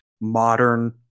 modern